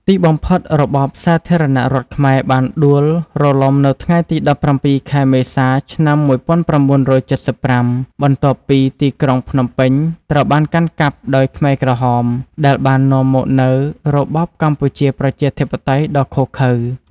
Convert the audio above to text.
ទីបំផុត របបសាធារណរដ្ឋខ្មែរបានដួលរលំនៅថ្ងៃទី ១៧ ខែ មេសា ឆ្នាំ ១៩៧៥ បន្ទាប់ពីទីក្រុងភ្នំពេញត្រូវបានកាន់កាប់ដោយខ្មែរក្រហម ដែលបាននាំមកនូវរបបកម្ពុជាប្រជាធិបតេយ្យដ៏ឃោរឃៅ។